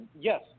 yes